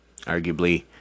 Arguably